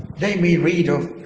they may read or